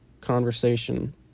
conversation